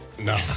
No